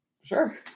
Sure